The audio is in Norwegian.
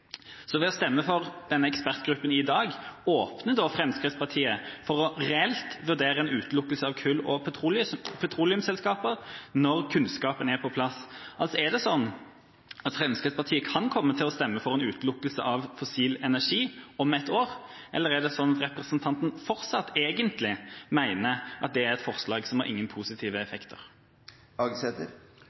Så ved å stemme for den ekspertgruppen i dag åpner jo Fremskrittspartiet for reelt å vurdere en utelukkelse av kull- og petroleumsselskaper når kunnskapen er på plass. Er det slik at Fremskrittspartiet kan komme til å stemme for en utelukkelse av fossil energi om et år? Eller er det slik at representanten fremdeles egentlig mener at det er et forslag som ikke vil ha noen positive effekter?